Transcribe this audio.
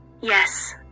Yes